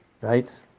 right